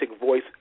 voice